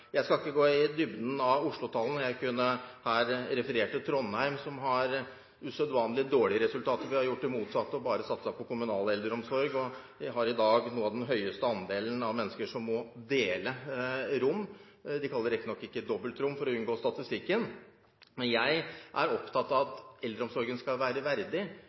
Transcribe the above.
Jeg skal ikke gå i dybden av Oslo-tallene. Jeg kunne her referert til Trondheim, som har usedvanlig dårlige resultater etter å ha gjort det motsatte, og bare satset på kommunal eldreomsorg. De har i dag en av de høyeste andelene når det gjelder mennesker som må dele rom – de kaller det riktignok ikke dobbeltrom, for å unngå statistikken. Men jeg er opptatt av at eldreomsorgen skal være verdig,